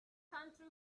country